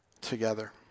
together